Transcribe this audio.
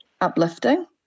uplifting